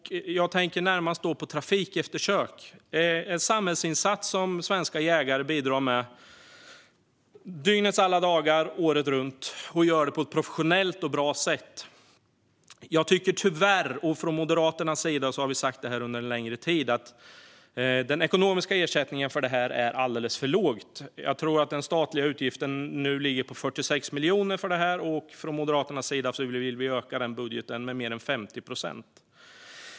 Jag tänker närmast på trafikeftersök. Detta är en samhällsinsats som svenska jägare bidrar med under dygnets alla timmar året runt, och de gör det på ett professionellt och bra sätt. Jag tycker tyvärr - och från Moderaternas sida har vi sagt detta under en längre tid - att den ekonomiska ersättningen för det här är alldeles för låg. Jag tror att den statliga utgiften för detta nu ligger på 46 miljoner; från Moderaternas sida vill vi öka den budgeten med mer än 50 procent.